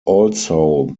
also